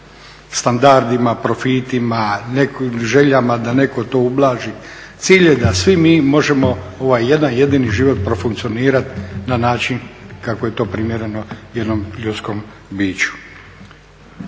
standardima, profitima, željama da neko to ublaži. Cilj je da svi mi možemo ovaj jedan jedini život profunkcionirati na način kako je to primjereno jednom ljudskom biću.